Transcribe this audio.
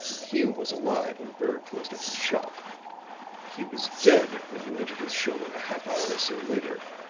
hume was alive when berg closed up his shop he was dead when you entered his showroom a half hour or so later.